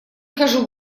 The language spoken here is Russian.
хожу